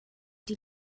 die